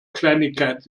kleinigkeit